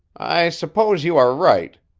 i suppose you are right,